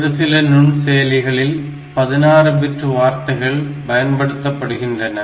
ஒருசில நுண் செயலிகளில் 16 பிட் வார்த்தைகள் பயன்படுத்தப்படுகின்றன